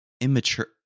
immature